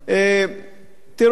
תראו,